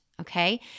okay